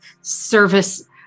service